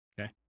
Okay